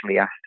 asked